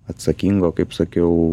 atsakingo kaip sakiau